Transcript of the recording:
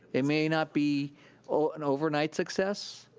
it may not be an overnight success,